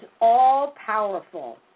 all-powerful